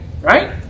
right